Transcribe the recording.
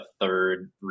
third